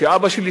שאבא שלי,